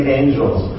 angels